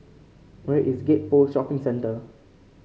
where is Gek Poh Shopping Centre